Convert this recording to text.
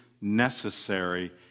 necessary